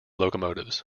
locomotives